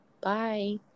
bye